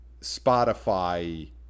Spotify